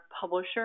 publisher